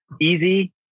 easy